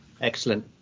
Excellent